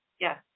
Yes